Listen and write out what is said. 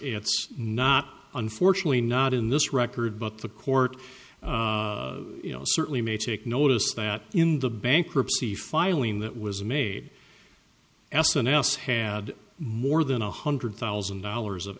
it's not unfortunately not in this record but the court you know certainly may take notice that in the bankruptcy filing that was made s n s had more than a hundred thousand dollars of